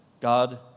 God